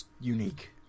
unique